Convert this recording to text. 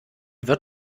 wird